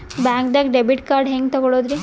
ಬ್ಯಾಂಕ್ದಾಗ debit card ಹೆಂಗ್ ತಗೊಳದ್ರಿ?